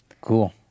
cool